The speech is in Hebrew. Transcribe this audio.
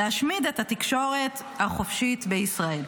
להשמיד את התקשורת החופשית בישראל.